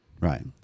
Right